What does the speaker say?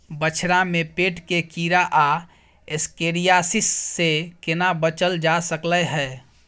बछरा में पेट के कीरा आ एस्केरियासिस से केना बच ल जा सकलय है?